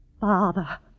Father